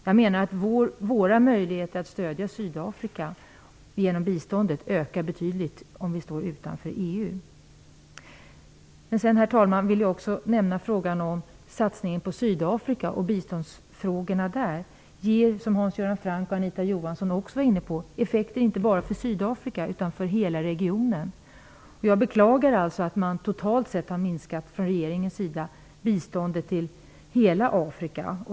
Jag menar att våra möjligheter att stödja Sydafrika genom bistånd ökar betydligt om vi står utanför EU. Herr talman! Jag vill också nämna frågan om att satsningen på Sydafrika och biståndet dit inte bara ger effekter för Sydafrika utan för hela regionen. Det var Hans Göran Franck och Anita Johansson också inne på. Jag beklagar alltså att man från regeringens sida totalt sett har minskat biståndet till hela Afrika.